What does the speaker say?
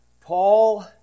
Paul